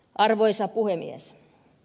arvoisa puhemies